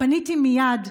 פניתי מייד,